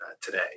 today